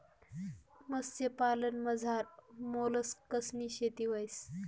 मत्स्यपालनमझार मोलस्कनी शेती व्हस